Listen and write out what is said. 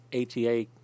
ATA